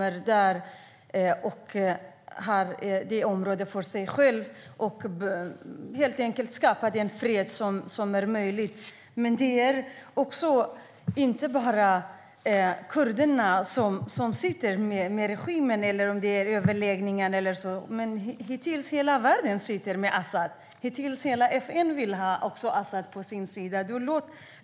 Där har man i dag området för sig själv och har helt enkelt skapat den fred som är möjlig. Det är inte bara kurderna som sitter med regimen i överläggningar. Hittills har hela världen suttit med al-Asad, och också FN vill ha al-Asad på sin sida.